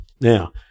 Now